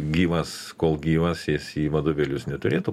gyvas kol gyvas jis į vadovėlius neturėtų